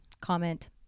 comment